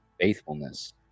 faithfulness